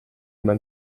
man